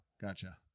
gotcha